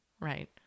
right